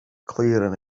clear